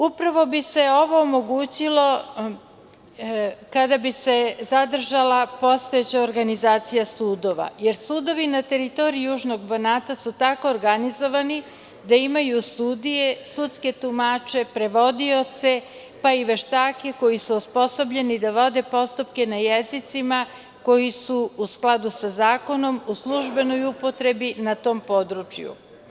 Upravo bi se ovo omogućilo kada bi se zadržala postojeća organizacija sudova, jer sudovi na teritoriji južnog Banata su tako organizovani da imaju sudije, sudske tumače, prevodioce, pa i veštake koji su osposobljeni da vode postupke na jezicima koji su u skladu sa zakonom, u službenoj upotrebi na tom području.